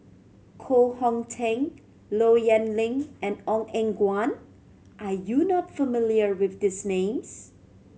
Koh Hong Teng Low Yen Ling and Ong Eng Guan are you not familiar with these names